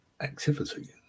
activity